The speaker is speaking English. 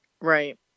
Right